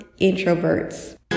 introverts